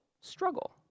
struggle